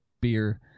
beer